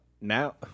Now